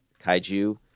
kaiju